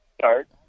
start